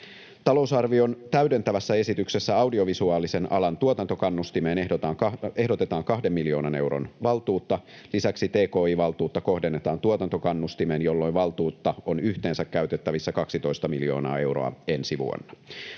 Talousarvion täydentävässä esityksessä audiovisuaalisen alan tuotantokannustimeen ehdotetaan kahden miljoonan euron valtuutta, ja lisäksi tki-valtuutta kohdennetaan tuotantokannustimeen, jolloin valtuutta on yhteensä käytettävissä 12 miljoonaa euroa ensi vuonna.